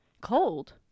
cold